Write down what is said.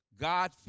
God